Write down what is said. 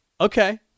Okay